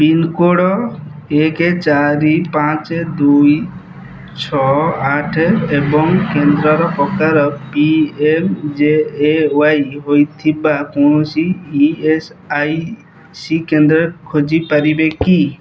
pincode ଏକ ଚାରି ପାଞ୍ଚ ଦୁଇ ଛଅ ଆଠ ଏବଂ କେନ୍ଦ୍ରର ପ୍ରକାର P M J A Y ହୋଇଥିବା କୌଣସି ଇ ଏସ୍ ଆଇ ସି କେନ୍ଦ୍ର ଖୋଜିପାରିବେ କି